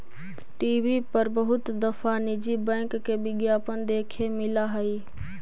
TV पर बहुत दफा निजी बैंक के विज्ञापन देखे मिला हई